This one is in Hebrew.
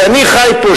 שאני חי פה,